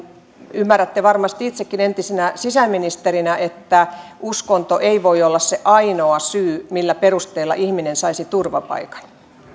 ymmärrätte varmasti itsekin entisenä sisäministerinä uskonto ei voi olla ainoa syy millä perusteella ihminen saisi turvapaikan